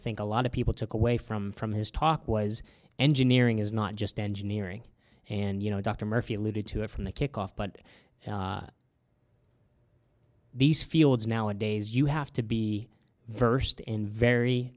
think a lot of people took away from from his talk was engineering is not just engineering and you know dr murphy alluded to it from the kick off but these fields nowadays you have to be versed in very